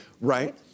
Right